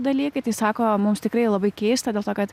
dalykai tai sako mums tikrai labai keista dėl to kad